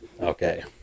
Okay